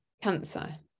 cancer